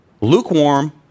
Lukewarm